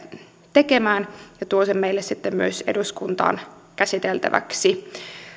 tekemään ja tuo sen meille sitten myös eduskuntaan käsiteltäväksi